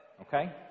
Okay